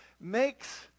makes